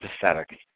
pathetic